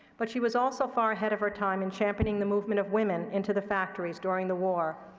but she was also far ahead of her time in championing the movement of women into the factories during the war.